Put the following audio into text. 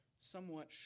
somewhat